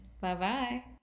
Bye-bye